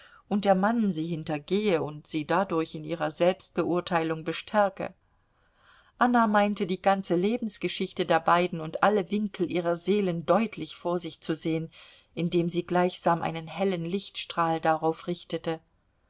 und der mann sie hintergehe und sie dadurch in ihrer selbstbeurteilung bestärke anna meinte die ganze lebensgeschichte der beiden und alle winkel ihrer seelen deutlich vor sich zu sehen indem sie gleichsam einen hellen lichtstrahl darauf richtete